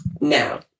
now